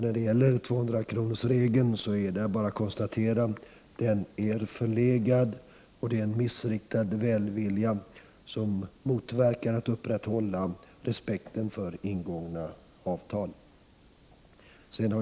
När det gäller 200-kronorsregeln är det bara att konstatera att den är förlegad. Den är ett exempel på missriktad välvilja, som motverkar möjligheten att upprätthålla respekten för ingångna avtal.